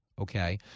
okay